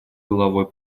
головой